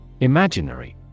Imaginary